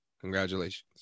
Congratulations